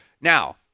Now